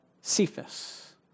Cephas